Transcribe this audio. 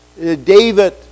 David